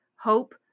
hope